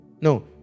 No